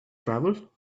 travel